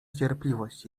cierpliwość